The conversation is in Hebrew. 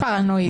פרנואיד.